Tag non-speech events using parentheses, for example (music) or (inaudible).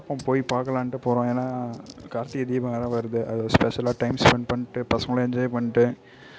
(unintelligible) போய் பார்க்கலான்டு போகிறோம் ஏனால் கார்த்திகை தீபம் வேறு வருது அதில் ஸ்பெஷலாக டைம் ஸ்பென்ட் பண்ணிட்டு பசங்களோடு என்ஜாய் பண்ணிட்டு